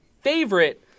favorite